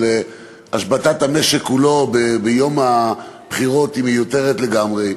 השבתת המשק כולו ביום הבחירות מיותרות לגמרי.